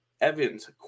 Evans